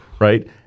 Right